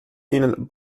ihnen